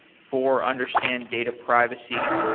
four, understand data privacy.